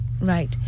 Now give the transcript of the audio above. Right